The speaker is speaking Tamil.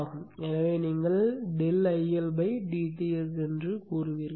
எனவே நீங்கள் ∆ILdTs என்று கூறுவீர்கள்